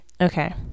okay